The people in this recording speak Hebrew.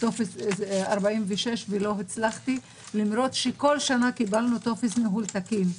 טופס 46 ולא הצלחתי למרות שכל שנה קיבלנו טופס ניהול תקין.